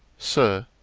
sir,